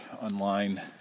online